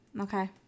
okay